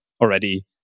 already